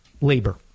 labor